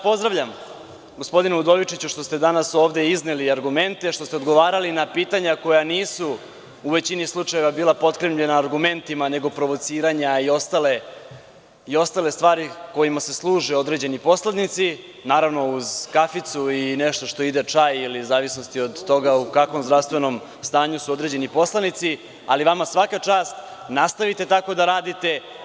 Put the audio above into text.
Pozdravljam vas gospodine Udovičiću, što ste danas ovde izneli argumente, što ste odgovarali na pitanja koja nisu u većini slučajeva bila potkrepljena argumentima, nego provociranja i ostale stvari kojima se služe određeni poslanici, naravno uz kaficu i nešto što ide čaj, ili u zavisnosti od toga u kakvom zdravstvenom stanju su određeni poslanici, ali vama svaka čast, nastavite tako da radite.